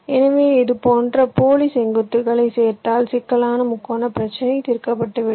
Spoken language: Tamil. எனவே இது போன்ற போலி செங்குத்துகளைச் சேர்த்தால் சிக்கலான முக்கோணப் பிரச்சினை தீர்க்கப்பட்டு விடும்